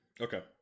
Okay